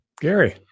Gary